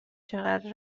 چقدر